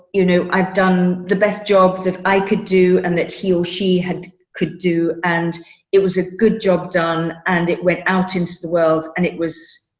you know, i've done the best job that i could do and that he or she had could do. and it was a good job done. and it went out into the world. and it was,